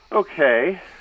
Okay